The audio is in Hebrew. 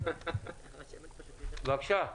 בבקשה.